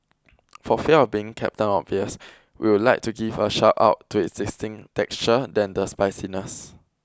for fear of being Captain Obvious we would like to give a shout out to existing texture than the spiciness